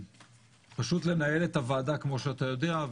פשוט לנהל את הוועדה כמו שאתה יודע,